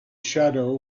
shadow